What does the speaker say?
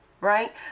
right